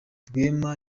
rwema